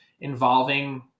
involving